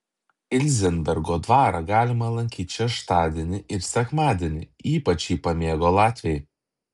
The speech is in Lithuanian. ilzenbergo dvarą galima lankyti šeštadienį ir sekmadienį ypač jį pamėgo latviai